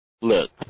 Look